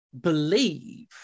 believe